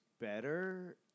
better